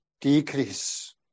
decrease